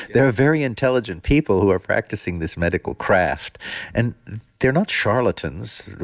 there are very intelligent people who are practicing this medical craft and they're not charlatans.